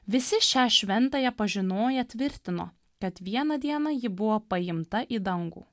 visi šią šventąją pažinoję tvirtino kad vieną dieną ji buvo paimta į dangų